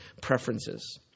preferences